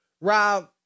Rob